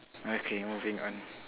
okay moving on